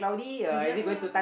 ya